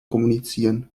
kommunizieren